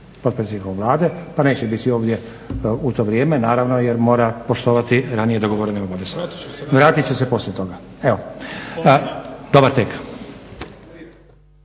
potpredsjednikom Vlade pa neće biti ovdje, naravno jer mora poštovati ranije dogovorene obaveze. Vratit će se poslije toga. Dobar tek.